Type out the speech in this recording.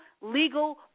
legal